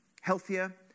healthier